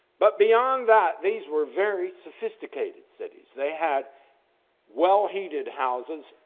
but beyond that, these were very sophisticated cities. they had well-heated houses,